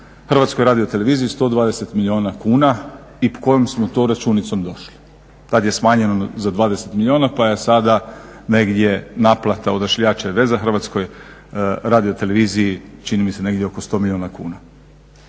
i veze naplaćuju HRT-u 120 milijuna kuna i po kojom smo to računicom došli, tada je smanjeno za 20 milijuna pa je sada negdje naplata Odašiljača i veza HRT-u čini mi se negdje oko 100 milijuna kuna.